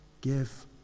give